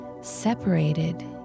separated